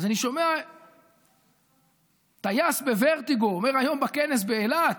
אז אני שומע טייס בוורטיגו אומר היום בכנס באילת,